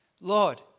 Lord